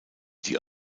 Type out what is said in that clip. die